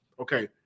Okay